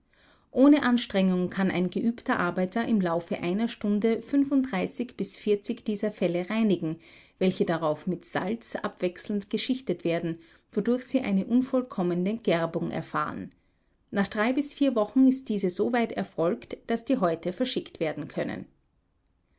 ohne anstrengung kann ein geübter arbeiter im laufe einer stunde fünfunddreißig bis vierzig dieser felle reinigen welche darauf mit salz abwechselnd geschichtet werden wodurch sie eine unvollkommene gerbung erfahren nach drei bis vier wochen ist diese soweit erfolgt daß die häute verschickt werden können